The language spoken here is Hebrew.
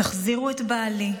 תחזירו את בעלי,